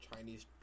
Chinese